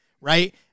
Right